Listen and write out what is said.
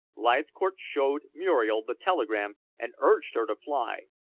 leithcourt showed muriel the telegram and urged her to fly.